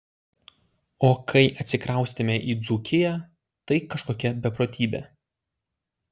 o kai atsikraustėme į dzūkiją tai kažkokia beprotybė